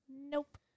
Nope